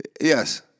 Yes